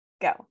go